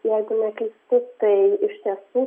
jeigu neklysu tai iš tiesų